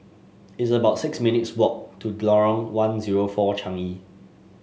it's about six minutes' walk to Lorong one zero four Changi